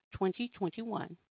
2021